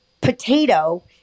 potato